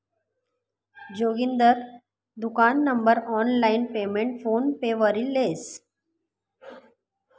जोगिंदर दुकान नं online payment PhonePe वरी लेस